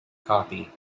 copy